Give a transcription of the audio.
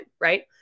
right